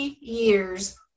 years